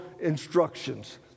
instructions